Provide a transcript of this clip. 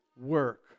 work